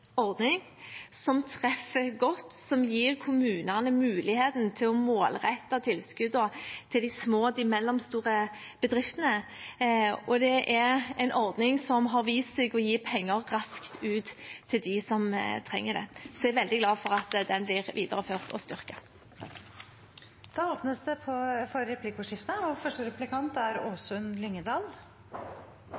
ordning som treffer godt, som gir kommunene muligheten til å målrette tilskuddene til de små og mellomstore bedriftene. Og det er en ordning som har vist seg å gi penger raskt ut til dem som trenger det. Jeg er veldig glad for at den blir videreført og styrket. Det blir replikkordskifte. En og en halv million nordmenn har arbeidsplassen sin i tjenesteytende næringer, og reiseliv og servering er